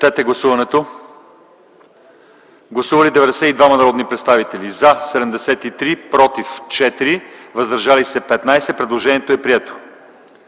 да гласуват. Гласували 98 народни представители: за 82, против няма, въздържали се 16. Предложението е прието.